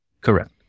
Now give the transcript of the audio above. Correct